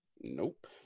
Nope